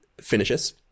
finishes